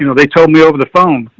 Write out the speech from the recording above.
you know they told me over the phone,